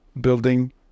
building